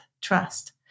trust